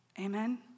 Amen